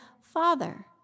Father